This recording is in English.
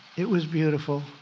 it was beautiful,